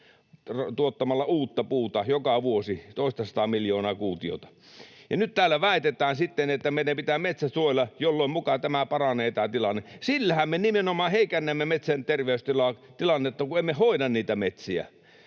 tuottamalla uutta puuta joka vuosi toistasataa miljoonaa kuutiota. Nyt täällä väitetään sitten, että meidän pitää metsät suojella, jolloin muka paranee tämä tilanne. Sillähän me nimenomaan heikennämme metsän terveystilannetta, kun emme hoida niitä metsiä.